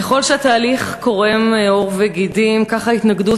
ככל שהתהליך קורם עור וגידים כך ההתנגדות